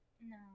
No